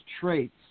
traits